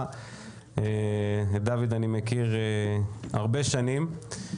להצבעה אספר שאת דוד אני מכיר הרבה שנים.